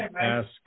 ask